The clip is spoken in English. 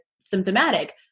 symptomatic